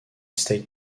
states